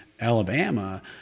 Alabama